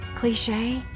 cliche